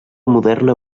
moderna